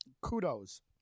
kudos